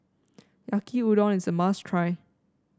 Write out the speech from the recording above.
Yaki Udon is a must try